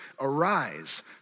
Arise